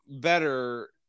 better